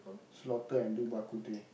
slaughter and do bak kut teh